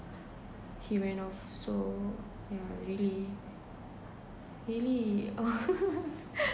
he ran off so yeah really really uh